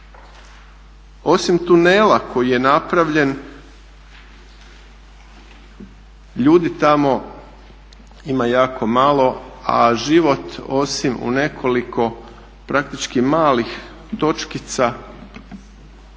osim tunela koji je napravljen ljudi tamo ima jako malo a život osim u nekoliko praktički malih točkica